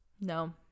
No